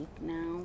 now